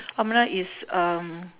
amanah is um